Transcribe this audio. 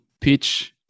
pitch